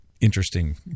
interesting